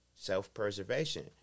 self-preservation